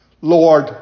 Lord